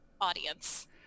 audience